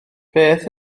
beth